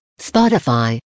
Spotify